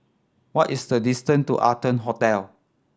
what is the distance to Arton Hotel